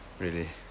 really